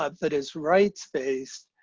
ah that is rights based,